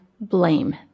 blame